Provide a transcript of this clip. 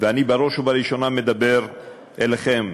ואני בראש ובראשונה מדבר אליכם,